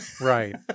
right